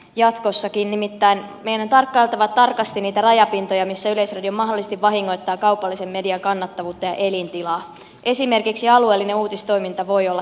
nimittäin meidän on tarkkailtava tarkasti niitä rajapintoja missä yleisradio mahdollisesti vahingoittaa kaupallisen median kannattavuutta ja elintilaa esimerkiksi alueellinen uutistoiminta voi olla tällainen